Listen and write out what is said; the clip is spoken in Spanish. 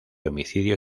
homicidio